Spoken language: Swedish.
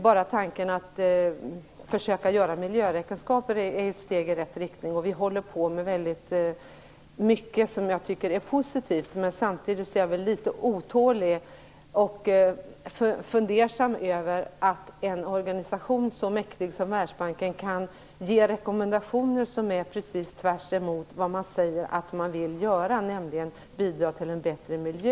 Bara tanken att försöka göra miljöräkenskaper är ett steg i rätt riktning. Vi håller på med väldigt mycket som är positivt. Samtidigt är jag litet otålig och fundersam över att en organisation som är så mäktig som Världsbanken kan ge rekommendationer som är precis tvärtemot vad man säger att man vill göra, nämligen bidra till en bättre miljö.